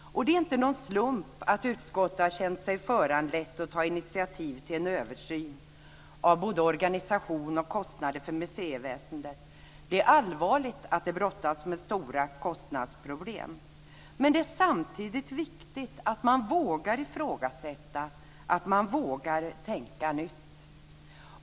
Det är inte någon slump att utskottet har känt sig föranlett att ta initiativ till en översyn av både organisation och kostnader för museiväsendet. Det är allvarligt att det brottas med stora kostnadsproblem. Men det är samtidigt viktigt att man vågar ifrågasätta, att man vågar tänka nytt.